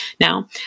now